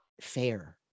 fair